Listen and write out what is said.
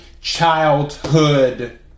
childhood